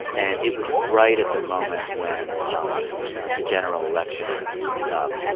and it was right at the moment when um the general election was heating up.